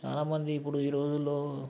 చాల మంది ఇప్పుడు ఈ రోజుల్లో